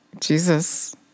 Jesus